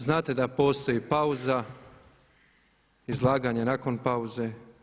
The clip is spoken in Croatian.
Znate da postoji pauza, izlaganje nakon pauze.